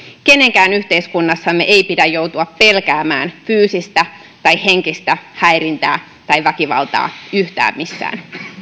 kenenkään yhteiskunnassamme ei pidä joutua pelkäämään fyysistä tai henkistä häirintää tai väkivaltaa yhtään missään